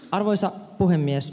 arvoisa puhemies